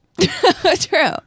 True